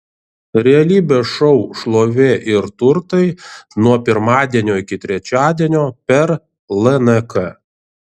realybės šou šlovė ir turtai nuo pirmadienio iki trečiadienio per lnk